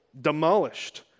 demolished